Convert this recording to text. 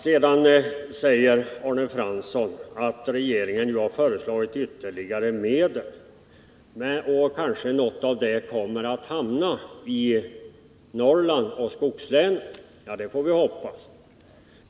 Sedan säger Arne Fransson att regeringen har föreslagit ytterligare medel till regionalpolitiken och att något av detta ökade anslag kanske kommer att hamna i skogslänen i norr. Det får vi hoppas.